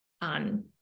on